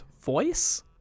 voice